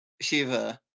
Shiva